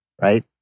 Right